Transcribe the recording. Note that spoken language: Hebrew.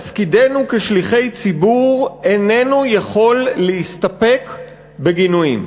תפקידנו כשליחי ציבור איננו יכול להסתפק בגינויים.